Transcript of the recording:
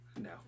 No